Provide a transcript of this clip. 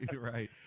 Right